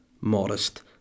Modest